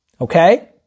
Okay